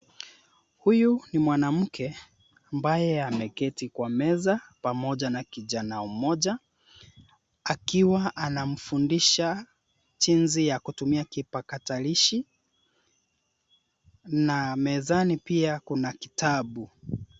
Huyu ni mwanamke ambaye ameketi kwa meza pamoja na kijana mmoja akiwa anamfundisha jinsi ya kutumia kipakatalishi na mezani pia kuna kitabu.